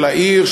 של העיר,